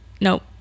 Nope